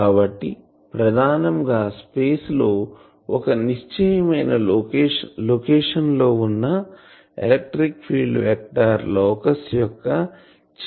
కాబట్టి ప్రధానం గా స్పేస్ లో ఒక నిశ్చయమైన లొకేషన్ లో వున్నా ఎలక్ట్రిక్ ఫీల్డ్ వెక్టార్ లోకస్ యొక్క చివరి పాయింట్ అని చెప్పవచ్చు